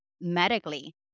medically